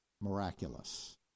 miraculous